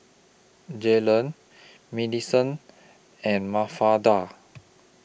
Jaylen Maddison and Mafalda